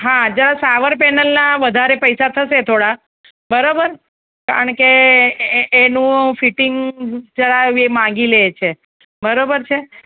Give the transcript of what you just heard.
હા જો સાવર પેનલના વધારે પૈસા થશે થોડા બરાબર કારણકે એનું ફીટીંગ જરા એ માગી લે છે બરાબર છે